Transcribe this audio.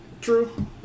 True